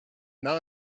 now